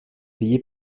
payée